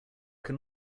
can